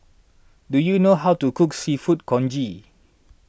do you know how to cook Seafood Congee